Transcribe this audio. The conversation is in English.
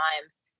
times